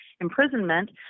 imprisonment